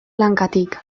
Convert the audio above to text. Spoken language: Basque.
lankatik